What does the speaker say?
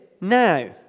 now